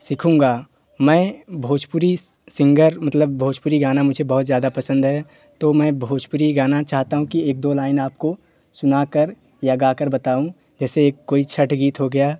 मैं भोजपुरी सिंगर मतलब भोजपुरी गाना मुझे बहुत ज़्यादा पसंद है तो मैं भोजपुरी गाना चाहता हूँ कि एक दो लाइन आपको सुना कर या गा कर बताऊँ जैसे कोई छत्त गीत हो गया